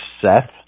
Seth